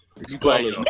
Explain